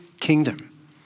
kingdom